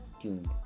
tuned